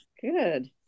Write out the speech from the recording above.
Good